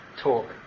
talk